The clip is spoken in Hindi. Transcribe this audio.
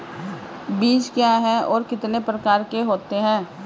बीज क्या है और कितने प्रकार के होते हैं?